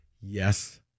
Yes